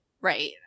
right